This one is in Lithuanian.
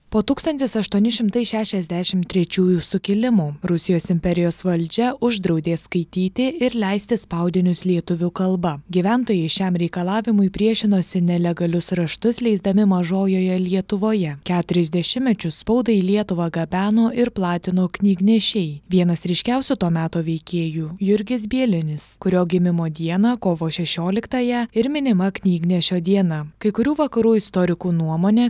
po tūkstantis aštuoni šimtai šešiasdešim trečiųjų sukilimų rusijos imperijos valdžia uždraudė skaityti ir leisti spaudinius lietuvių kalba gyventojai šiam reikalavimui priešinosi nelegalius raštus leisdami mažojoje lietuvoje keturis dešimmečius spaudą į lietuvą gabeno ir platino knygnešiai vienas ryškiausių to meto veikėjų jurgis bielinis kurio gimimo dieną kovo šešioliktąją ir minima knygnešio diena kai kurių vakarų istorikų nuomone